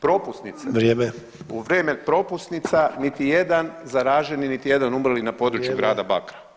Propusnice [[Upadica: Vrijeme.]] u vrijeme propusnica niti jedan zaraženi, niti jedan umrli na području grada Bakra.